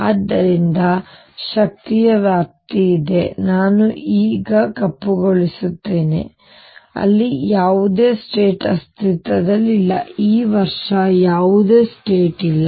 ಆದ್ದರಿಂದ ಶಕ್ತಿಯ ವ್ಯಾಪ್ತಿಯಿದೆ ಅದನ್ನು ನಾನು ಈಗ ಕಪ್ಪುಗೊಳಿಸುತ್ತೇನೆ ಅಲ್ಲಿ ಯಾವುದೇ ಸ್ಟೇಟ್ ಅಸ್ತಿತ್ವದಲ್ಲಿಲ್ಲ ಈ ವರ್ಷ ಯಾವುದೇ ಸ್ಟೇಟ್ ಇಲ್ಲ